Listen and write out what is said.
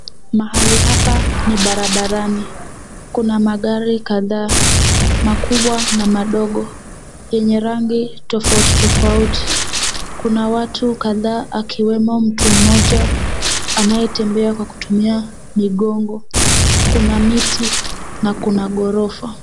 Mahali hapa ni barabarani, kuna magari kadhaa, makubwa, na madogo yenye rangi tofauti tofauti. Kuna watu kadhaa akiwemo mtu mmoja anayetembea kwa kutumia migongo, kuna miti, na kuna ghorofa.